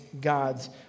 God's